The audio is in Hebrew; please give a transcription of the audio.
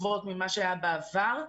שהיה בעבר.